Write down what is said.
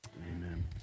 amen